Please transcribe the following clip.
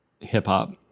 hip-hop